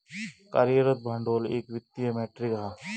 कार्यरत भांडवल एक वित्तीय मेट्रीक हा